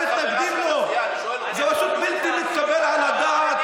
מתנגדים לו זה פשוט בלתי מתקבל על הדעת.